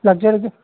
ꯂꯥꯛꯆꯔꯒꯦ